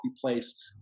place